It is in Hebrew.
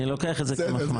אני לוקח את זה כמחמאה.